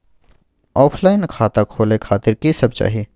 Offline खाता खोले खातिर की सब चाही?